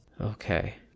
okay